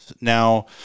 Now